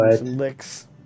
licks